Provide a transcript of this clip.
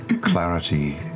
clarity